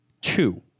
two